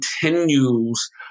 continues